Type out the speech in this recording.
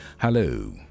Hello